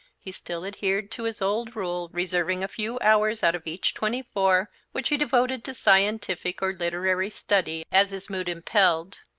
he still adhered to his old rule, reserving a few hours out of each twenty-four, which he devoted to scientific or literary study, as his mood impelled.